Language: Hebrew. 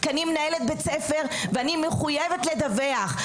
כי אני מנהלת בית ספר, ואני מחויבת לדווח.